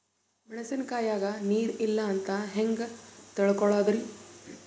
ಮೆಣಸಿನಕಾಯಗ ನೀರ್ ಇಲ್ಲ ಅಂತ ಹೆಂಗ್ ತಿಳಕೋಳದರಿ?